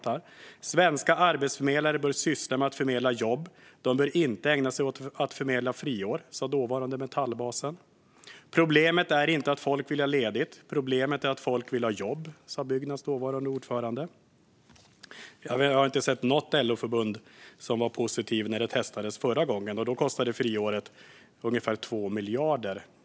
"Svenska arbetsförmedlare bör syssla med att förmedla jobb. De bör inte ägna sig åt att förmedla friår." Det sa dåvarande Metallbasen. Problemet är inte att folk vill ha ledigt. Problemet är att folk vill ha jobb, sa Byggnads dåvarande ordförande. Jag har inte sett något LO-förbund som var positivt när det testades förra gången 2005, och då kostade friåret ungefär 2 miljarder.